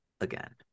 again